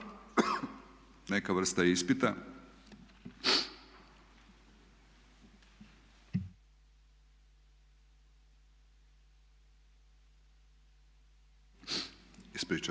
neka vrsta ispita. Velim